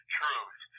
truth